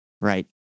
Right